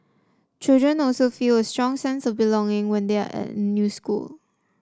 children also feel a strong sense of belonging when they are in a new school